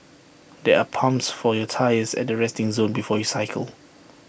there are pumps for your tyres at the resting zone before you cycle